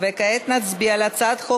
וגם התאגידים,